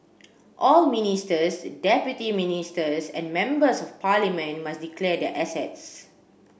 all ministers deputy ministers and members of parliament must declare their assets